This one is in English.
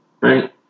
Right